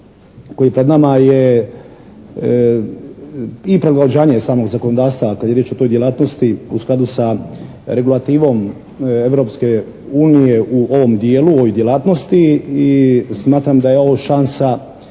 se ne razumije./ … samog zakonodavstva, a kada je riječ o toj djelatnosti u skladu sa regulativom Europske unije u ovom dijelu, u ovoj djelatnosti i smatram da je ovo šansa